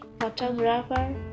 photographer